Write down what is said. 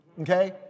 okay